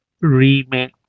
remake